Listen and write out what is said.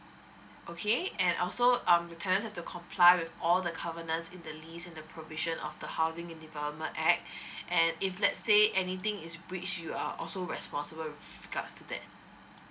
okay and also um the tenant have to comply with all the governance in the list of the provision of the housing and development act and if let's say anything is breach you are also responsible with regards to that